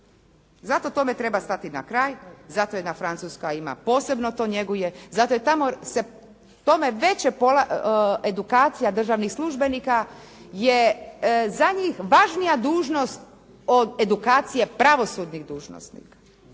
Zato tome treba stati na kraj, zato jedna Francuska posebno to njeguje, zato je tamo edukacija državnih službenika za njih važnija dužnost od edukacije pravosudnih dužnosnika.